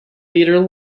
leader